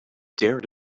dare